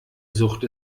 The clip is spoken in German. sucht